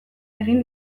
egin